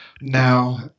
now